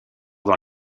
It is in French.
dans